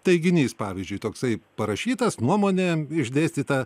teiginys pavyzdžiui toksai parašytas nuomonė išdėstyta